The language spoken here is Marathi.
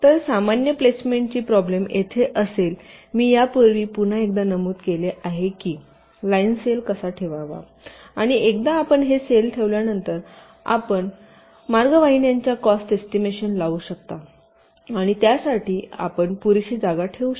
तर सामान्य प्लेसमेंटची प्रॉब्लेम येथे असेल मी यापूर्वी पुन्हा एकदा नमूद केले आहे कीलाईन सेल कसा ठेवावा आणि एकदा आपण हे सेल ठेवल्यानंतर आपण मार्ग वाहिन्यांच्या कॉस्ट एस्टिमेशन लावू शकता आणि त्यासाठी आपण पुरेशी जागा ठेवू शकता